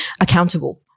accountable